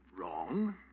Wrong